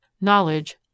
Knowledge